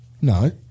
No